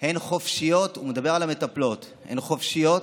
הן חופשיות, הוא מדבר על המטפלות, הן חופשיות,